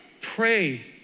Pray